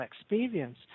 experience